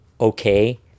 okay